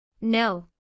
No